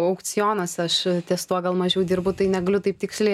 aukcionas aš ties tuo gal mažiau dirbu tai negaliu taip tiksliai